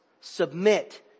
submit